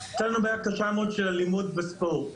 הייתה לנו בעיה קשה מאוד של אלימות בספורט.